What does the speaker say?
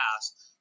past